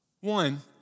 One